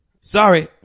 sorry